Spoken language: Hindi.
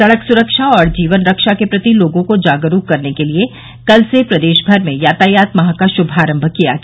सड़क सुरक्षा और जीवन रक्षा के प्रति लोगों को जागरूक करने के लिए कल से प्रदेशभर में यातायात माह का श्भारम्भ किया गया